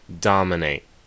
dominate